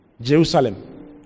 Jerusalem